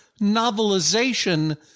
novelization